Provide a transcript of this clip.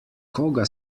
koga